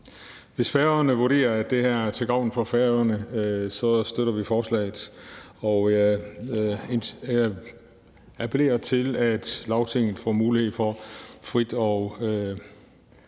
Hvis Færøerne vurderer, at det her er til gavn for Færøerne, så støtter vi forslaget. Og jeg appellerer til, at Lagtinget får mulighed for frit og